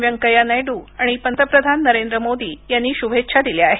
व्यंकय्या नायडू आणि पंतप्रधान नरेंद्र मोदी यांनी शुभेच्छा दिल्या आहेत